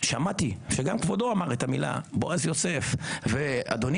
שמעתי שגם כבודו אמר את המילה 'בועז יוסף' ואדוני